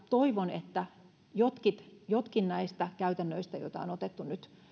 toivon että jotkin jotkin näistä käytännöistä joita on otettu nyt